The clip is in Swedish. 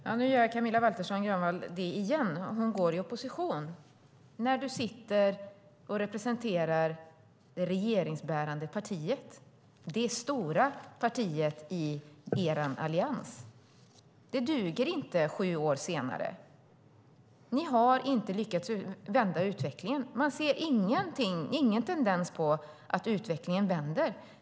Herr talman! Nu gör Camilla Waltersson Grönvall det igen. Hon går i opposition när hon sitter och representerar det regeringsbärande partiet - det stora partiet i er allians. Det duger inte sju år senare. Ni har inte lyckats vända utvecklingen. Man ser ingen tendens att utvecklingen vänder.